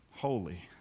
holy